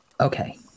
Okay